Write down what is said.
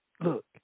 Look